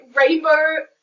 rainbow